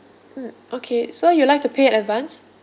mm okay so you like to pay advance